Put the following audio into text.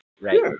right